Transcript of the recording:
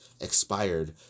Expired